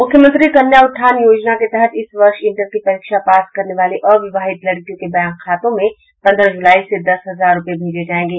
मुख्यमंत्री कन्या उत्थान योजना के तहत इस वर्ष इंटर की परीक्षा पास करने वाली अविवाहित लड़कियों के बैंक खातों में पंद्रह जुलाई से दस हजार रूपये भेजे जायेंगे